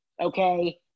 Okay